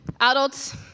adults